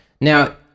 Now